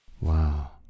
Wow